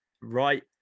right